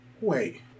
wait